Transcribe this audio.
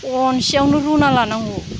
खनसेयावनो रुनानै लानांगौ